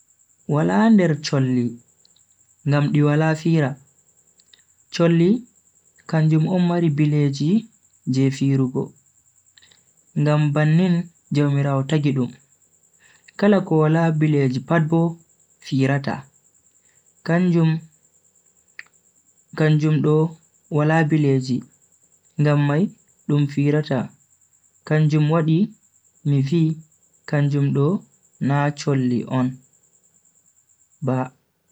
Wala nder cholli ngam di wala fira, cholli kanjum on mari bileji je firugo, ngam bannin jaumiraawo tagi dum. kala ko wala bileji pat bo, firata. kanjum do wala bileji ngam mai dum firata kanjum wadi mi vi kanjum do na cholli on ba.